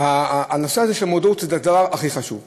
הנושא הזה של המודעות הוא הדבר הכי חשוב.